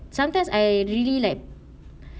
sometimes I really like